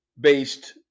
based